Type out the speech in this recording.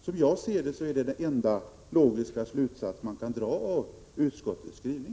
Som jag ser det är det den enda logiska slutsats man kan dra av utskottets skrivning.